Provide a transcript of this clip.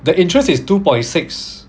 the interest is two point six